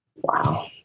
Wow